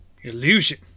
Illusion